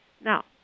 Now